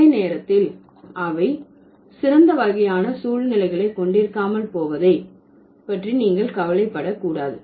அதே நேரத்தில் அவை சிறந்த வகையான சூழ்நிலைகளை கொண்டிருக்காமல் போவதை பற்றி நீங்கள் கவலை படக்கூடாது